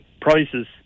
prices